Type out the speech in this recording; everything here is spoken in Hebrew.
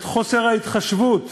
את חוסר ההתחשבות